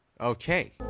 okay